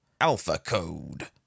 AlphaCode